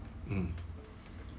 mm